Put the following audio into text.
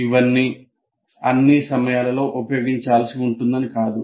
ఇవన్నీ అన్ని సమయాలలో ఉపయోగించాల్సి ఉంటుందని కాదు